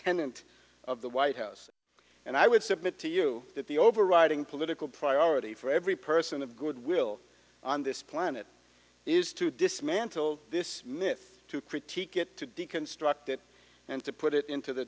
tenant of the white house and i would submit to you that the overriding political priority for every person of goodwill on this planet is to dismantle this myth to critique it to deconstruct it and to put it into the